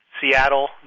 Seattle